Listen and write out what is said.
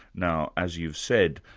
now as you've said,